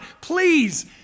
please